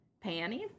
Panties